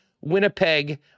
Winnipeg